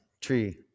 tree